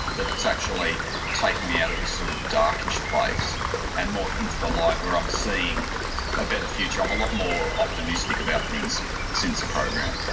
but it's actually taken me out of this sort of darkish place and more into the light, where i'm seeing a better future. i'm a lot more optimistic about things since the program.